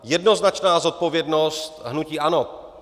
Jednoznačná zodpovědnost hnutí ANO.